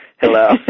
hello